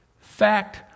fact